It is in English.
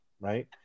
right